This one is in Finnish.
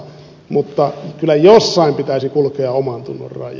mutta kyllä jossain pitäisi kulkea omantunnon raja